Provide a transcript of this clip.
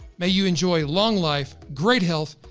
may you enjoy long life, great health,